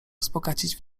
wzbogacić